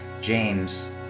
james